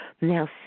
Now